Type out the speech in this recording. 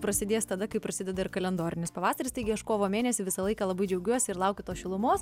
prasidės tada kai prasideda ir kalendorinis pavasaris taigi aš kovo mėnesį visą laiką labai džiaugiuosi ir laukiu tos šilumos